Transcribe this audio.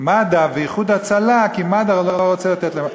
מד"א ו"איחוד הצלה", כי מד"א לא רוצה אותם.